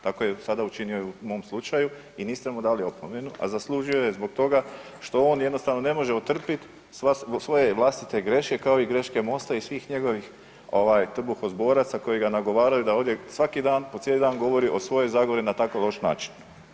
Tako je sada učinio i u mom slučaju i niste mu dali opomenu, a zaslužio je zbog toga što on jednostavno ne može otrpiti svoje vlastite greške kao i greške MOST-a i svih njegovih ovaj trbuhozboraca koji ga nagovaraju da ovdje svaki dan po cijeli dan govori o svojoj Zagori na tako loš način.